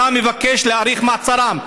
אתה מבקש להאריך את מעצרם.